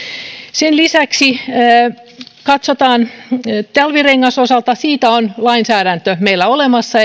sen lisäksi talvirenkaiden osalta on lainsäädäntö meillä olemassa